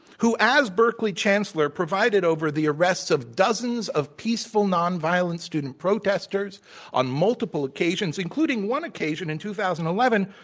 who, as berkeley chancellor, presided over the arrests of dozens of peaceful, non violent student protestors on multiple occasions including one occasion in two thousand and eleven,